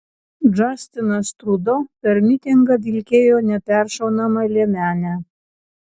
džastinas trudo per mitingą vilkėjo neperšaunamą liemenę